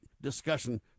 discussion